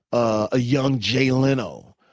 a young jay leno.